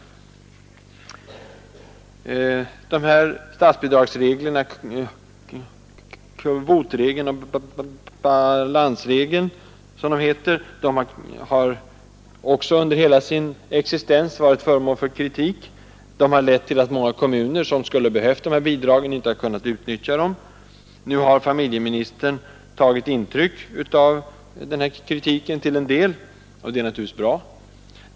Reglerna för statsbidrag — kvotregeln och balansregeln — har också under hela sin existens varit föremål för kritik. De har lett till att många kommuner som skulle ha behövt bidragen inte har kunnat utnyttja dem. Nu har familjeministern till en del tagit intryck av kritiken, och det är naturligtvis bra.